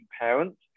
parents